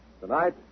Tonight